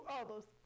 others